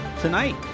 tonight